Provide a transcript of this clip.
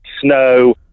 snow